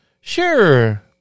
Sure